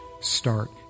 start